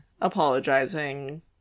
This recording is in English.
apologizing